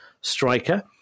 striker